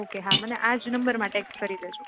okay હા મને આજ નંબરમાં ટેક્ષ કરી દેજો